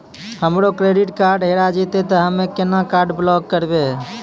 हमरो credit card हेरा जेतै ते हम्मय केना कार्ड ब्लॉक करबै?